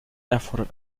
erfordert